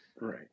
Right